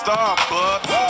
Starbucks